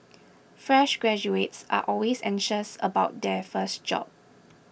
fresh graduates are always anxious about their first job